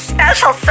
Special